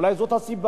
אולי זאת הסיבה?